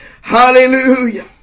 Hallelujah